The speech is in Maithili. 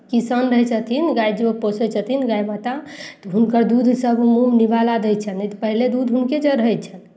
किसान रहै छथिन गाय जो पोसै छथिन गाय माता तऽ हुनकर दूध सभ मूँह निवाला दै छै नहि तऽ पहिले दूध हुनके चढ़ै छनि